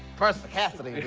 course they're catholic,